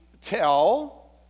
tell